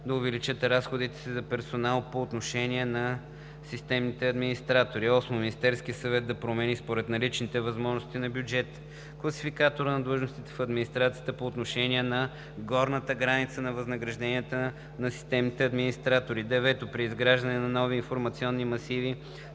да увеличат разходите си за персонал по отношение на системните администратори. 8. Министерският съвет да промени според наличните възможности на бюджета Класификатора на длъжностите в администрацията по отношение на горната граница на възнагражденията на системните администратори. 9. При изграждането на нови информационни масиви,